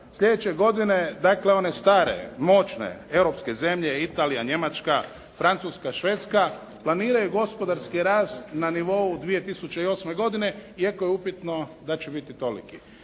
Sljedeće godine dakle one stare, moćne europske zemlje Italija, Njemačka, Francuska, Švedska planiraju gospodarski rast na nivou 2008. godine iako je upitno da će biti toliki.